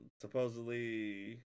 supposedly